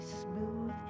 smooth